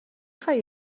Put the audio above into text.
خوای